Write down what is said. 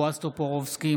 בועז טופורובסקי,